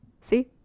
see